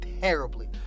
terribly